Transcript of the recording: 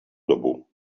dobu